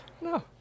No